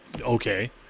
okay